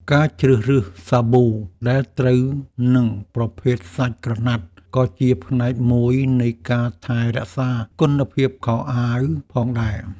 ការជ្រើសរើសសាប៊ូដែលត្រូវនឹងប្រភេទសាច់ក្រណាត់ក៏ជាផ្នែកមួយនៃការថែរក្សាគុណភាពខោអាវផងដែរ។